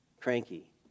cranky